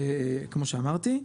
כמו שאמרתי.